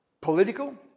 political